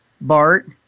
bart